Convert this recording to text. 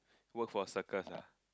work for circus lah